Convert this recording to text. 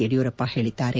ಯಡಿಯೂರಪ್ಪ ಹೇಳಿದ್ದಾರೆ